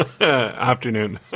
Afternoon